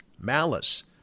malice